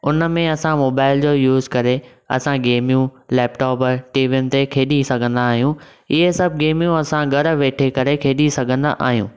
उन में असां मोबाइल जो यूज़ करे असां गेमियूं लैपटॉप टीवीयुनि ते खेॾी सघंदा आहियूं इहे सभ गेमियूं असां घर वेठे करे खेॾी सघन्दा आहियूं